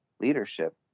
leadership